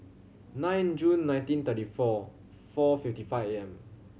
nine June nineteen thirty four four fifty five A M